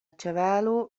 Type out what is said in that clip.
ĉevalo